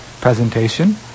presentation